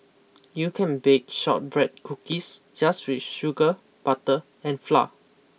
you can bake shortbread cookies just with sugar butter and flour